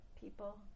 people